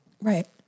Right